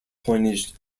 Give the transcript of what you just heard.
coinage